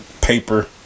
paper